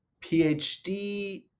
PhD